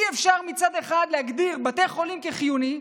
אי-אפשר מצד אחד להגדיר בתי חולים כחיוניים,